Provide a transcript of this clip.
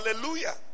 Hallelujah